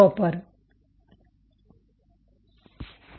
comJonathanSalwanROPgadget Ropper httpsgithub